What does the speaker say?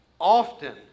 often